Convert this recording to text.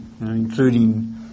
including